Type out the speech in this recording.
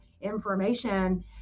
information